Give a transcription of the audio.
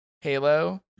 Halo